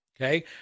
Okay